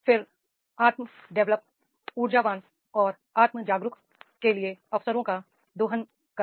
फिर आत्म डेवलप ऊर्जावान और आत्म जागरूक के लिए अवसरों का दोहन करें